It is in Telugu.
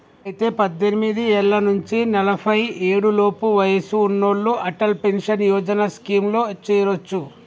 అయితే పద్దెనిమిది ఏళ్ల నుంచి నలఫై ఏడు లోపు వయసు ఉన్నోళ్లు అటల్ పెన్షన్ యోజన స్కీమ్ లో చేరొచ్చు